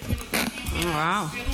אתם מנותקים מהסבירות.